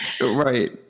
Right